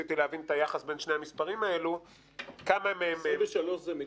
ניסיתי להבין את היחס בין שני המספרים האלה --- 23,000 זה מ-95'.